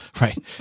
Right